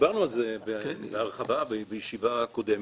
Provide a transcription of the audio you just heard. דיברנו על זה בהרחבה בישיבה הקודמת.